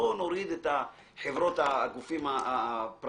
בואו נוריד את הגופים הפרטיים,